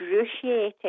excruciating